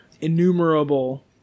innumerable